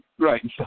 Right